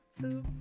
two